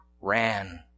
ran